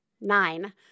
nine